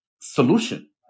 solution